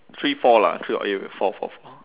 three four lah three eh wait four four four